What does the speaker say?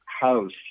house